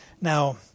Now